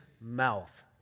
mouth